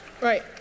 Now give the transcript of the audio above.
Right